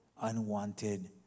unwanted